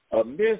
amiss